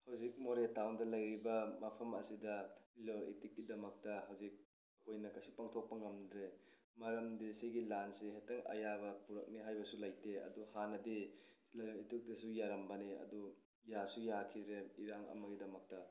ꯍꯧꯖꯤꯛ ꯃꯣꯔꯦ ꯇꯥꯎꯟꯗ ꯂꯩꯔꯤꯕ ꯃꯐꯝ ꯑꯁꯤꯗ ꯂꯂꯣꯜ ꯏꯇꯤꯛꯀꯤꯗꯃꯛꯇ ꯍꯧꯖꯤꯛ ꯑꯩꯈꯣꯏꯅ ꯀꯩꯁꯨ ꯄꯥꯡꯊꯣꯛꯄ ꯉꯝꯗ꯭ꯔꯦ ꯃꯔꯝꯗꯤ ꯁꯤꯒꯤ ꯂꯥꯟꯁꯦ ꯍꯦꯛꯇ ꯑꯌꯥꯕ ꯄꯨꯔꯛꯅꯤ ꯍꯥꯏꯕꯁꯨ ꯂꯩꯇꯦ ꯑꯗꯨ ꯍꯥꯟꯅꯗꯤ ꯂꯂꯣꯜ ꯏꯇꯤꯛꯇꯁꯨ ꯌꯥꯔꯝꯕꯅꯤ ꯑꯗꯨ ꯌꯥꯁꯨ ꯌꯥꯈꯤꯗ꯭ꯔꯦ ꯏꯔꯥꯡ ꯑꯃꯒꯤꯗꯃꯛꯇ